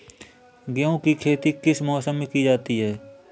गेहूँ की खेती किस मौसम में की जाती है?